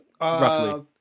Roughly